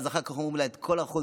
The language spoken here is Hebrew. אחר כך אומרים לה: את כל החולצות,